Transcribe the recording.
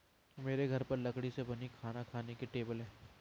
मेरे घर पर लकड़ी से बनी खाना खाने की टेबल है